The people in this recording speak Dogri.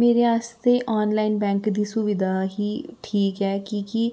मेरे आस्तै आनलाइन बैंक दी सुविधा ही ठीक ऐ कि कि